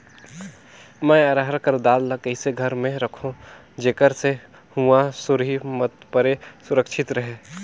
मैं अरहर कर दाल ला कइसे घर मे रखों जेकर से हुंआ सुरही मत परे सुरक्षित रहे?